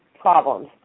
problems